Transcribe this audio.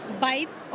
bites